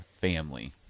family